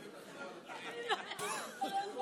התשע"ט 2019,